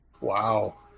Wow